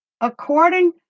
According